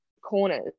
corners